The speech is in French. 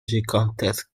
gigantesque